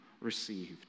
received